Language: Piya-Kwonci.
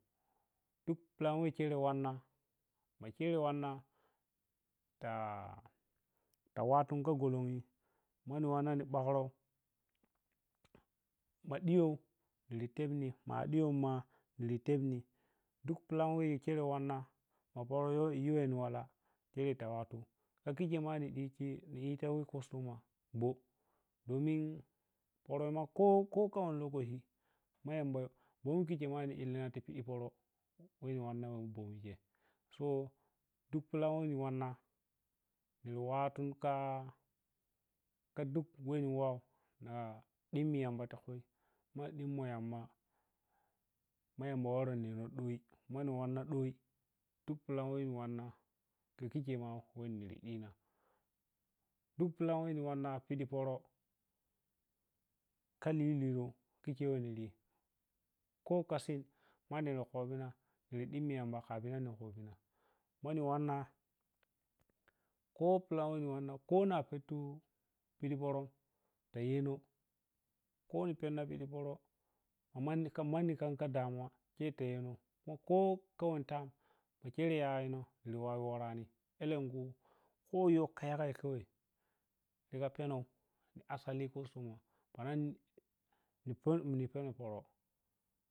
Duk plen khei khire wanna ma khere wanna ta wattu kha gulum yi manni wanna ɓakro ma ɗiyo niri tepni ma ɗiyon ma niri tepni duk plan we khere wauna ma pərə yiwa neh wala h khire ta wattu kha khi khe a ni diti niyi ta customer boh domin pərə ma khoi kha wani lokaci ma yamba bomi ma khi khei ti illinah ti pərə weh na wanna bomi gei so duk plan m wanna niri wattu kha duk wehni waw dimmi yamba waremun ɗoi mani wanna ɗoi duk plan mani wanna khikhe ma miri ɗima duk plan wehni wanna piɗi pərə khali liluh khikhei niri kho khasin mammi khobina miri dimmi yamba kafinan nari khobinam mani wanna kho plan ni wanna kho na pitu piɗi pərə ta yenoh kho ni penna piɗi pərə amma ni manni khan kha damuwa khe ta yenoh khoni penna piɗi damuwa khe ta yenoh khoni penna piɗi pərə amma manni kham kha damuwa khe tayenoh kho tayeta khuma khero yayenoh mari wara wani alenkhu kho khayo yagai khawai tiga penan asali customer panan lipin lipa yi pərə.